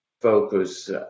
focus